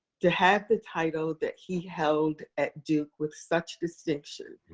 to have the title that he held at duke with such distinction,